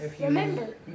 Remember